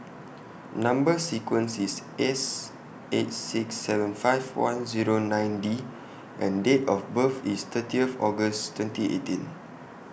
Number sequence IS S eight six seven five one Zero nine D and Date of birth IS thirtieth August twenty eighteen